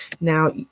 Now